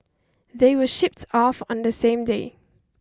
they were shipped off on the same day